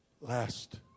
last